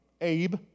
Abe